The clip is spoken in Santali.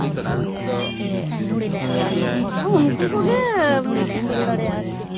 ᱟᱨᱦᱚᱸ ᱩᱱᱠᱩ ᱠᱚᱜᱮ ᱠᱚ ᱠᱷᱮᱹᱞ ᱫᱟᱲᱮᱭᱟᱜᱼᱟ ᱟᱨ ᱪᱮᱫ